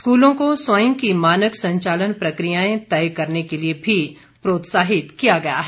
स्कूलों को स्वयं की मानक संचालन प्रक्रियाएं तय करने के लिए भी प्रोत्साहित किया गया है